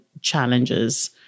challenges